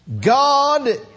God